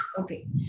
Okay